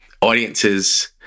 Audiences